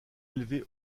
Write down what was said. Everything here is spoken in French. élevé